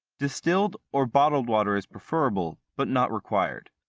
distilled or bottled water is preferable but not required.